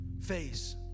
face